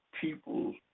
people